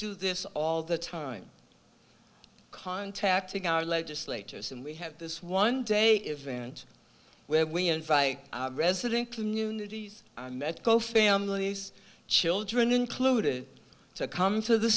do this all the time contacting our legislators and we have this one day event where we invite our resident communities i met go families children included to come to the